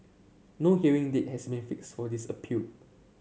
no hearing date has may fixed for this appeal